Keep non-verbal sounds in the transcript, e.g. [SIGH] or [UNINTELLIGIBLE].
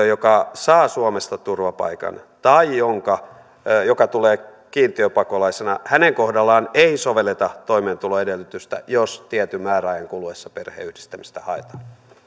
[UNINTELLIGIBLE] joka saa suomesta turvapaikan tai joka tulee kiintiöpakolaisena ei sovelleta toimeentuloedellytystä jos tietyn määräajan kuluessa perheenyhdistämistä haetaan